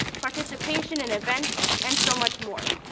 participation in events, and so much more.